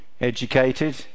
educated